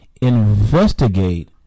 investigate